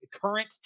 current